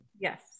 yes